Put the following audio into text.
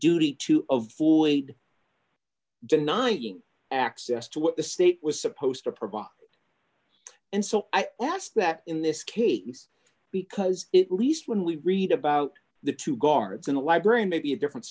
duty to avoid denying access to what the state was supposed to provide and so i asked that in this case because it least when we read about the two guards in the library may be a different